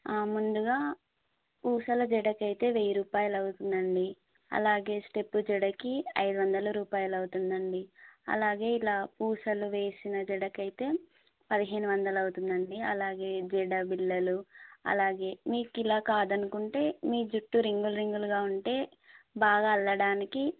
ముందుగా పూసల జడకు అయితే వెయ్యి రూపాయిలు అవుతుంది అండి అలాగే స్టెప్పు జడకి ఐదు వందల రూపాయలు అవుతుంది అండి అలాగే ఇలా పూసలు వేసిన జడకు అయితే పదిహేను వందలు అవుతుంది అండి అలాగే జడ బిళ్ళలు అలాగే మీకు ఇలా కాదనుకుంటే మీ జుట్టు రింగులు రింగులుగా ఉంటే బాగా అల్లడానికి